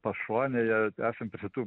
pašonėje esam prie šitų